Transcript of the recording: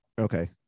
Okay